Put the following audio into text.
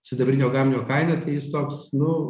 sidabrinio gaminio kaina tai jis toks nu